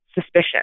suspicion